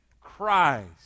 Christ